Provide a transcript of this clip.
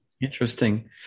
Interesting